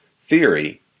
theory